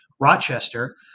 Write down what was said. Rochester